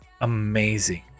amazing